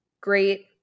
Great